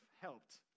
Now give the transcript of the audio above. helped